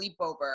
sleepover